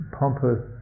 pompous